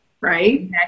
Right